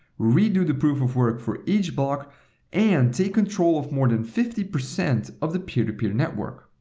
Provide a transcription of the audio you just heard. redo the proof-of-work for each block and take control of more than fifty percent of the peer-to-peer network.